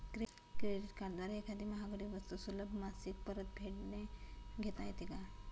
Credit कार्डद्वारे एखादी महागडी वस्तू सुलभ मासिक परतफेडने घेता येते का?